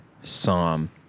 Psalm